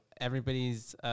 Everybody's –